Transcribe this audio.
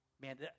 Man